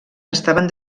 estaven